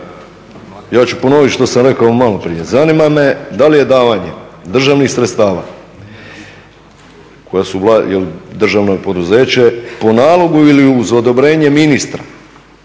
ja ću ponovit što sam rekao maloprije, zanima me da li je davanje državnih sredstava koja su, jer državno je poduzeće, po nalogu ili uz odobrenje ministra